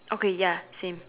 okay ya same